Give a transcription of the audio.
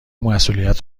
مسئولیت